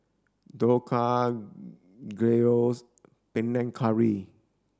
Dhokla Gyros Panang Curry